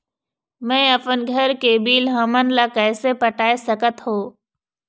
मैं अपन घर के बिल हमन ला कैसे पटाए सकत हो?